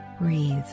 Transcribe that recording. breathe